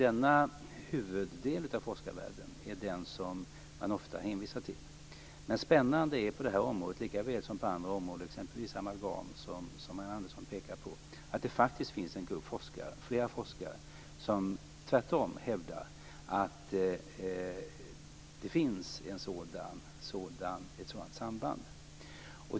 Denna huvuddel av forskarvärlden är den som man ofta hänvisar till. Men spännande på det här området, likaväl som på andra områden, exempelvis amalgam som Marianne Andersson pekar på, är att det faktiskt finns flera forskare som tvärtom hävdar att det finns ett sådant samband.